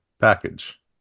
package